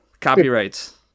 Copyrights